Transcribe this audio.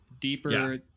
deeper